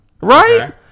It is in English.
Right